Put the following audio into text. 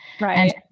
Right